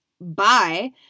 bye